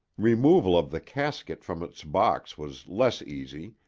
removal of the casket from its box was less easy,